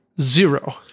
Zero